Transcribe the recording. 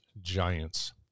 giants